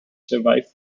survived